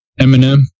Eminem